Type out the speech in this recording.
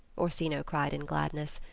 orsino cried in gladness.